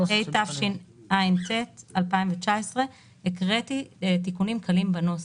התשע"ט 2019‏." הקראתי תיקונים קלים בנוסח.